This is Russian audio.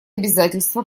обязательства